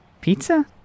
Pizza